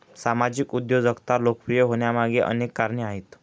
सामाजिक उद्योजकता लोकप्रिय होण्यामागे अनेक कारणे आहेत